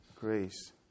grace